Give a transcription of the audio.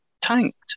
tanked